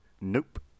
nope